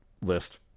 list